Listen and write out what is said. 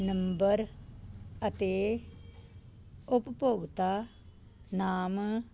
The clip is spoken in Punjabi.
ਨੰਬਰ ਅਤੇ ਉਪਭੋਗਤਾ ਨਾਮ